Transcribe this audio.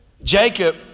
Jacob